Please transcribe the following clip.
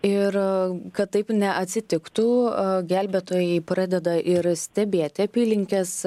ir kad taip neatsitiktų gelbėtojai pradeda ir stebėti apylinkes